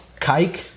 kike